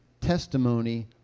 testimony